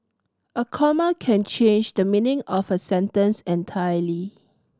a comma can change the meaning of a sentence entirely